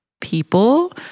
people